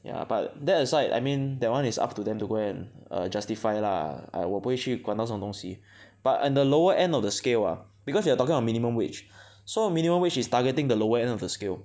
ya but that aside I mean that one is up to them to go and justify lah I 我不会去管到这种东西 but at the lower end of the scale ah because you are talking about minimum wage so minimum wage is targeting the lower end of the scale